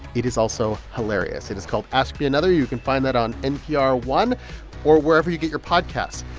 it is also hilarious. it is called ask me another. you can find that on npr one or wherever you get your podcasts.